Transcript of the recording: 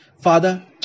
Father